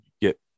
get